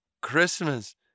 Christmas